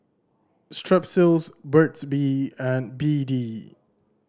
Strepsils Burt's Bee and B D